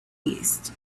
east